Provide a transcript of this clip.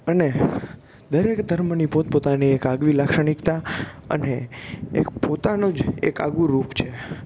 અને દરેક ધર્મની પોતાની એક આગવી લાક્ષણિકતા અને એક પોતાનું જ એક આગવું રૂપ છે